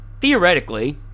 theoretically